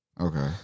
Okay